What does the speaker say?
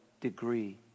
degree